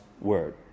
word